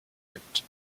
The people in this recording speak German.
gibt